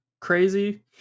crazy